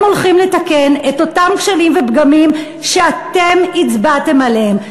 הולכים לתקן את אותם כשלים ופגמים שאתם הצבעתם עליהם?